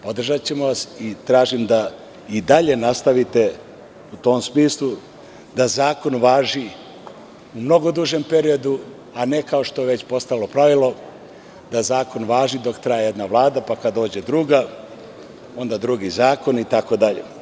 Podržaćemo vas i tražimo da i dalje nastavite u tom smislu, da zakon važi u mnogo dužem periodu, a ne kao što već postalo pravilo da zakon važi dok traje jedna Vlada, pa kada dođe druga onda drugi zakoni itd.